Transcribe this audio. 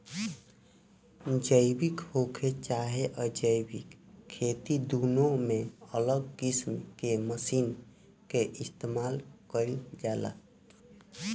जैविक होखे चाहे अजैविक खेती दुनो में अलग किस्म के मशीन के इस्तमाल कईल जाला